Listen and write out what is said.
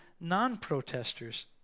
non-protesters